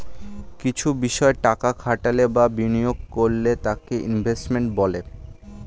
কিছু বিষয় টাকা খাটালে বা বিনিয়োগ করলে তাকে ইনভেস্টমেন্ট বলে